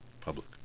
public